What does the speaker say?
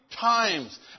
times